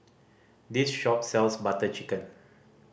this shop sells Butter Chicken